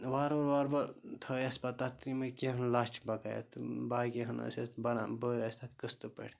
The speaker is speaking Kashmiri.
وارٕ وارٕ وارٕ وارٕ تھٲے اَسہِ پَتہٕ تَتھ یِمَے کیٚنٛہہ لَچھ بَقایَت تہٕ باقی ہٕن ٲس أسۍ بَران بٔر اَسہِ تَتھ قٕسطہٕ پٲٹھۍ